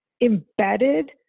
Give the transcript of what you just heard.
embedded